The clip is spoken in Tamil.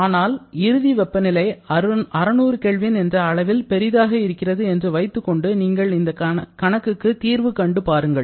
ஆனால் இறுதி வெப்பநிலை 600 K என்ற அளவில் பெரியதாக இருக்கிறது என்று வைத்துக் கொண்டு நீங்கள் இந்த கணக்குக்கு தீர்வு கண்டு பாருங்கள்